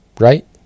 right